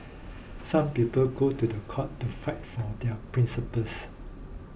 some people go to the court to fight for their principles